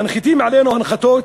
מנחיתים עלינו הנחתות,